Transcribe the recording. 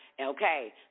Okay